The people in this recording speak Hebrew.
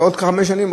ועוד חמש שנים,